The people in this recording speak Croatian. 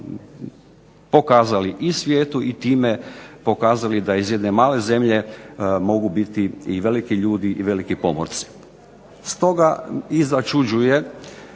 pokazali i svijetu i time pokazali da iz jedne male zemlje mogu biti i veliki ljudi i veliki pomorci. Stoga i začuđuje,